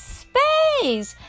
space